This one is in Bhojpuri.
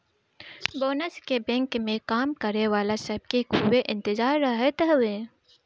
बोनस के बैंक में काम करे वाला सब के खूबे इंतजार रहत हवे